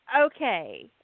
okay